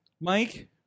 Mike